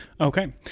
Okay